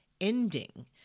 ending